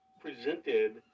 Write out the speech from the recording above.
presented